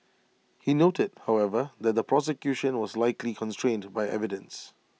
he noted however that the prosecution was likely constrained by evidence